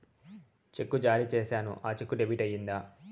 చెక్కు జారీ సేసాను, ఆ చెక్కు డెబిట్ అయిందా